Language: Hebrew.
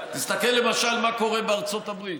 תסתכל למשל מה קורה בארצות הברית,